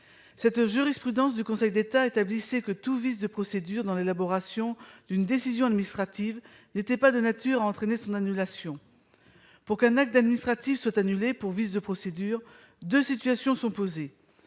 cette jurisprudence du Conseil d'État établissait que tout vices de procédure dans l'élaboration d'une décision administrative l'étaient pas de nature à entraîner son annulation pour connaître d'administratif soit annulée pour vice de procédure, 2 situations sont posées